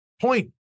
point